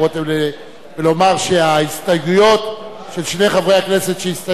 ולומר שההסתייגויות של שני חברי הכנסת שהסתייגו,